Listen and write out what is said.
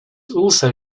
also